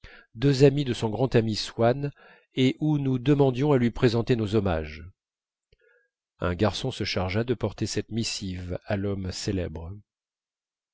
deux amis de son grand ami swann et où nous demandions à lui présenter nos hommages un garçon se chargea de porter cette missive à l'homme célèbre